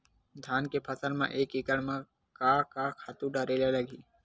धान के फसल म एक एकड़ म का का खातु डारेल लगही?